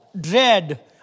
dread